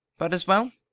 but as well?